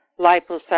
liposuction